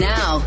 Now